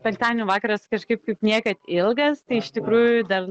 penktadienio vakaras kažkaip kaip niekad ilgas tai iš tikrųjų dar